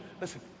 listen